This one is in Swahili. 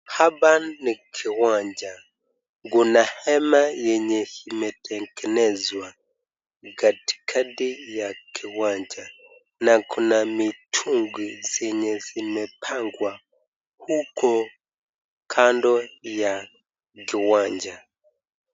Haba ni kiwanja kuna hema lenye limetengenezwa kadikadi ya kiwanja na kuna mitungi zenye zimepengwa huko kando ya giwanja.